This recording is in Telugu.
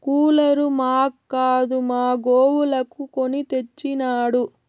కూలరు మాక్కాదు మా గోవులకు కొని తెచ్చినాడు